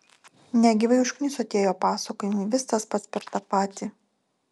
negyvai užkniso tie jo pasakojimai vis tas pats per tą patį